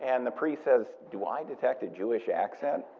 and the priest says, do i detect a jewish accent?